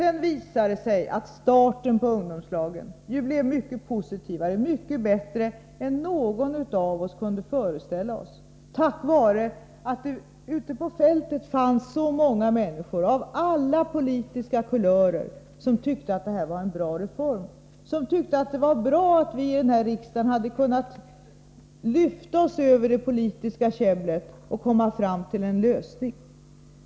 Sedan visade det sig att ungdomslagens start blev mycket mer positiv och mycket bättre än någon av oss kunde föreställa sig. Det var tack vare att det ute på fältet fanns så många människor, av alla politiska kulörer, som tyckte att detta var en bra reform, som tyckte att det var bra att vi i riksdagen hade kunnat lyfta oss över det politiska käbblet och komma fram till en lösning.